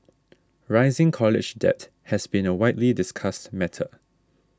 rising college debt has been a widely discussed matter